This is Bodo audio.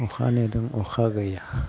अखा नेदों अखा गैया